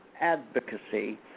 advocacy